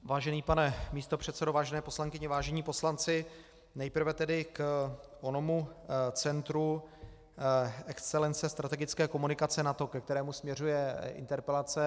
Vážený pane místopředsedo, vážené poslankyně, vážení poslanci, nejprve tedy k onomu centru excelence strategické komunikace NATO, ke kterému směřuje interpelace.